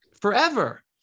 forever